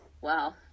Wow